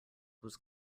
was